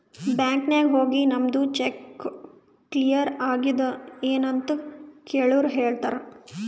bank ನಾಗ್ ಹೋಗಿ ನಮ್ದು ಚೆಕ್ ಕ್ಲಿಯರ್ ಆಗ್ಯಾದ್ ಎನ್ ಅಂತ್ ಕೆಳುರ್ ಹೇಳ್ತಾರ್